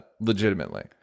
Legitimately